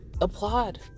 applaud